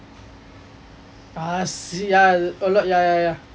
ah see ya alot ya ya